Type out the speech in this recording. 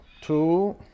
Two